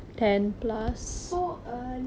so early